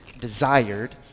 desired